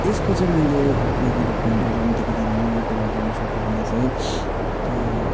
यसको चाहिँ मैले नेगेटिभ पोइन्ट एउटा देख्दिनँ यो कुरा गर्नु सक्यो भने चाहिँ